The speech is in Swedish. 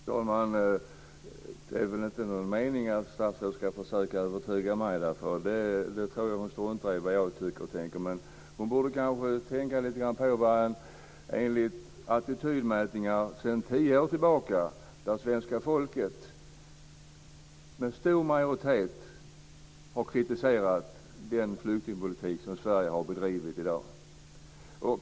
Fru talman! Det är väl inte någon mening att statsrådet försöker övertyga mig? Jag tror att hon struntar i vad jag tycker och tänker. Men hon borde kanske tänka lite grann på de attitydmätningar som har gjorts sedan tio år tillbaka, där svenska folket med stor majoritet har kritiserat den flyktingpolitik som Sverige har bedrivit.